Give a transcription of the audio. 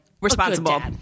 responsible